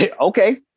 Okay